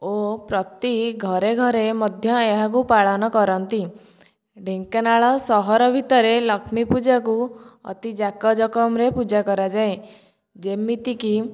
ଓ ପ୍ରତି ଘରେ ଘରେ ମଧ୍ୟ ଏହାକୁ ପାଳନ କରନ୍ତି ଢେଙ୍କାନାଳ ସହର ଭିତରେ ଲକ୍ଷ୍ମୀପୂଜାକୁ ଅତି ଜାକଜକମ ରେ ପୂଜା କରାଯାଏ ଯେମିତିକି